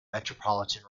metropolitan